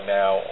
now